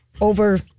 over